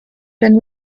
been